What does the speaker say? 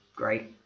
Great